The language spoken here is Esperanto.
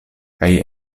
kaj